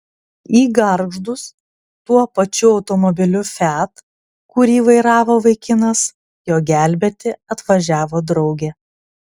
į gargždus tuo pačiu automobiliu fiat kurį vairavo vaikinas jo gelbėti atvažiavo draugė